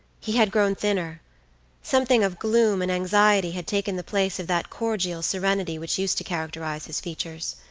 he had grown thinner something of gloom and anxiety had taken the place of that cordial serenity which used to characterize his features.